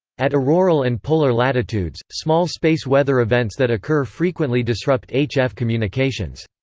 at auroral and polar latitudes, small space weather events that occur frequently disrupt hf communications.